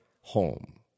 home